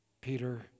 Peter